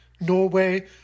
Norway